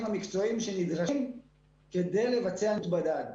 המקצועיים שנדרשים כדי לבצע ניווט בדד.